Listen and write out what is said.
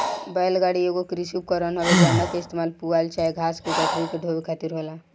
बैल गाड़ी एगो कृषि उपकरण हवे जवना के इस्तेमाल पुआल चाहे घास के गठरी के ढोवे खातिर होला